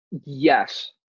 Yes